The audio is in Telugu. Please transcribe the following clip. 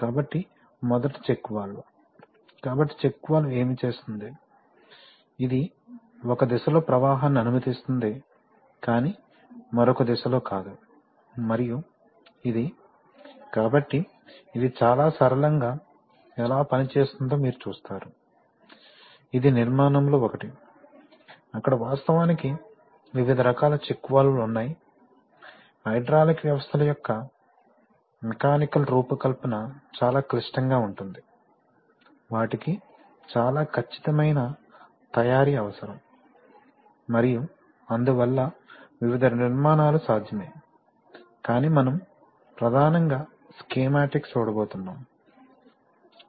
కాబట్టి మొదట చెక్ వాల్వ్ కాబట్టి చెక్ వాల్వ్ ఏమి చేస్తుంది ఇది ఒక దిశలో ప్రవాహాన్ని అనుమతిస్తుంది కానీ మరొక దిశలో కాదు మరియు ఇది కాబట్టి ఇది చాలా సరళంగా ఎలా పనిచేస్తుందో మీరు చూస్తారు ఇది నిర్మాణంలో ఒకటి అక్కడ వాస్తవానికి వివిధ రకాల చెక్ వాల్వ్ లు ఉన్నాయి హైడ్రాలిక్ వ్యవస్థల యొక్క మెకానికల్ రూపకల్పన చాలా క్లిష్టంగా ఉంటుంది వాటికి చాలా ఖచ్చితమైన తయారీ అవసరం మరియు అందువల్ల వివిధ నిర్మాణాలు సాధ్యమే కాని మనం ప్రధానంగా స్కీమాటిక్స్ చూడబోతున్నాం